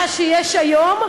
מה שיש היום,